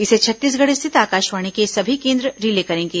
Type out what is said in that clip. इसे छत्तीसगढ़ स्थित आकाशवाणी के सभी केंद्र रिले करेंगे